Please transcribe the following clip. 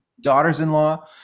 daughters-in-law